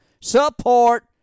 support